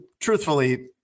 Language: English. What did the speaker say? truthfully